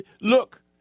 look